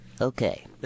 Okay